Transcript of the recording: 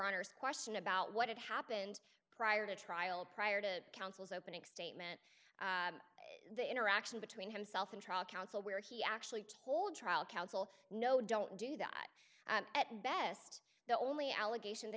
honor's question about what had happened prior to trial prior to counsel's opening statement the interaction between himself and trial counsel where he actually told trial counsel no don't do that at best the only allegation that